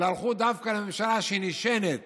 אלא הלכו דווקא לממשלה שהיא נשענת